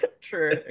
true